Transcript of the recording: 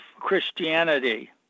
Christianity